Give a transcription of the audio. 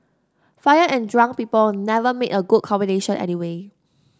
fire and drunk people never make a good combination anyway